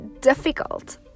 difficult